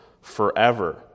forever